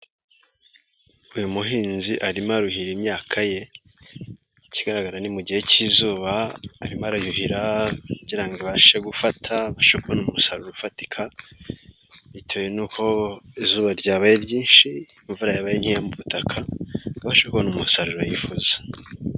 Uyu muhinzi arimo aruhira imyaka ye, ikigaragara ni mu gihe cy'izuba arimo arayuhira kugira ngo abashe gufata, abashe kubona umusaruro ufatika bitewe n'uko izuba ryabaye ryinshi imvura yabaye nkeya mu butaka , abasha kubona umusaruro yifuza.